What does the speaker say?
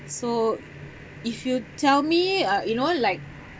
so if you tell me uh you know like